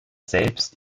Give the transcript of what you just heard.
selbst